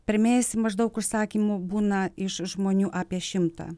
per mėnesį maždaug užsakymų būna iš žmonių apie šimtą